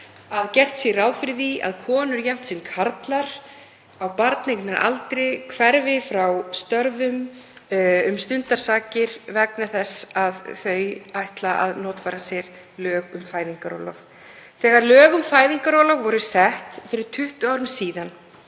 að gert sé ráð fyrir því að konur jafnt sem karlar á barneignaraldri hverfi frá störfum um stundarsakir vegna þess að þau ætli að notfæra sér lög um fæðingarorlof. Þegar lög um fæðingarorlof voru sett fyrir 20 árum var